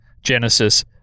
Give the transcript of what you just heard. Genesis